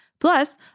Plus